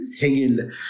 hanging